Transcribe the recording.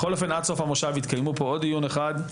בכל אופן עד סוף המושב יתקיימו פה עוד דיון אחד,